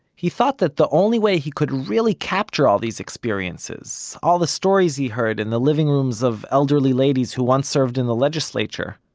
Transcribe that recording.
he thought that the only way he could really capture all these experiences, all the stories he heard in the living rooms of elderly ladies who once served in the legislature,